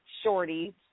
Shorty